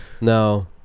No